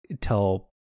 tell